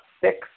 six